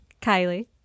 Kylie